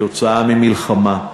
עקב מלחמה,